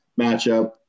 matchup